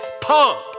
pump